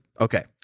Okay